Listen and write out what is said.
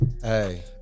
hey